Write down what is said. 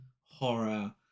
horror